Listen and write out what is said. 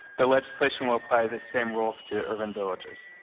the legislation will apply the same rules to urban villages,